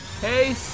Hey